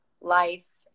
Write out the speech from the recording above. life